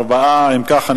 4. אם כך,